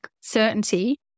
certainty